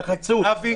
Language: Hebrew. אתה חצוף.